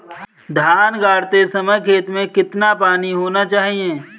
धान गाड़ते समय खेत में कितना पानी होना चाहिए?